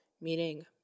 meaning